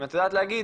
אם את יודעת להגיד